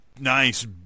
nice